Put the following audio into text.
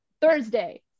Thursday